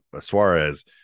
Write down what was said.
Suarez